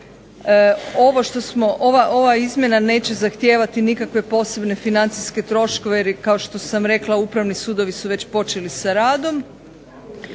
ova izmjena neće zahtijevati nikakve posebne financijske troškove jer kao što sam rekla upravni sudovi su već počeli sa radom,